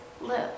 live